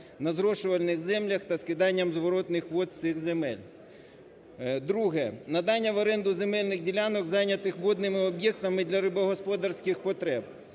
на зрошувальних землях та скиданням зворотних вод з цих земель. Друге. Надання в оренду земельних ділянок, зайнятих водними об'єктами для рибогосподарських потреб.